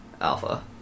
alpha